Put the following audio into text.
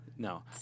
No